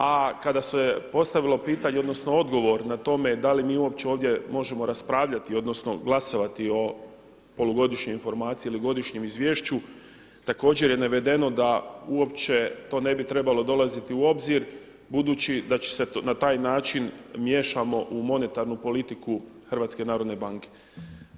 A kada se postavilo pitanje odnosno odgovor na tome da li mi uopće ovdje možemo raspravljati odnosno glasovati o polugodišnjoj informaciji ili godišnjem izvješću također je navedeno da uopće to ne bi trebalo dolaziti u obzir budući da će se na taj način miješamo u monetarnu politiku HNB-a.